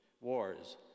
wars